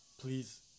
please